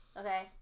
Okay